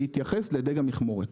בהתייחס לדיג המכמורת.